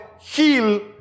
heal